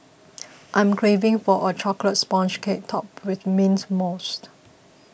I am craving for a Chocolate Sponge Cake Topped with Mint Mousse